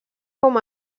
com